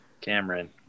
Cameron